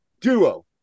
duo